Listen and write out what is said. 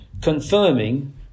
confirming